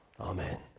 Amen